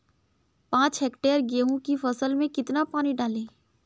पाँच हेक्टेयर गेहूँ की फसल में कितना पानी डालें?